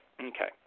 Okay